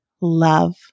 love